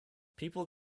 people